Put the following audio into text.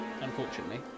unfortunately